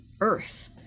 earth